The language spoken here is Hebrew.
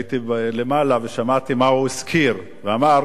הייתי למעלה ושמעתי מה הוא הזכיר, ואמר